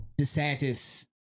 DeSantis